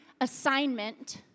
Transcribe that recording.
assignment